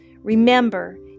Remember